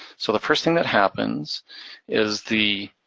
so the first thing that happens is the,